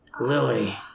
Lily